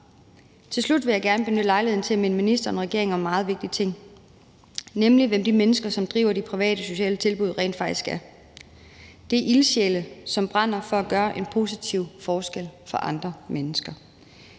Til slut vil jeg gerne benytte lejligheden til at minde ministeren og regeringen om en meget vigtig ting, nemlig hvem de mennesker, som driver de private sociale tilbud, rent faktisk er. Det er ildsjæle, som brænder for at gøre en positiv forskel for andre mennesker.